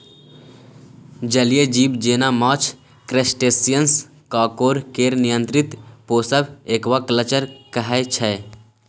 जलीय जीब जेना माछ, क्रस्टेशियंस, काँकोर केर नियंत्रित पोसब एक्वाकल्चर कहय छै